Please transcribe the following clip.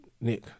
Nick